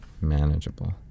manageable